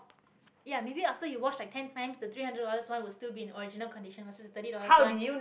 ya maybe after you wash like ten times the three hundred dollars one will still be in original condition versus the thirty dollars one